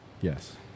Yes